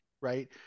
Right